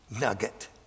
nugget